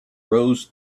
rows